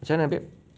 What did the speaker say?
macam mana babe